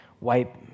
wipe